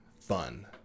fun